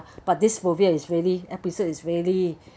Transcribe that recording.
but this movie is really episode is really